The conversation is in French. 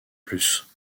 plus